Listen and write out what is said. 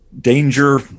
Danger